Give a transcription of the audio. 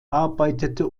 arbeitete